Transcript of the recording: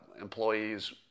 employees